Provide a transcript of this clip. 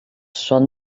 són